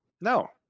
No